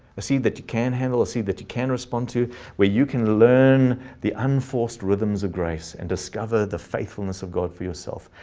a seed that you can handle a seed that you can respond to where you can learn the unforced rhythms of grace and discover the faithfulness of god for yourself.